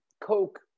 Coke